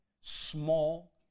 small